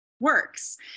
works